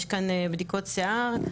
יש כאן בדיקות שיער.